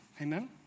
Amen